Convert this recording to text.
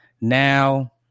Now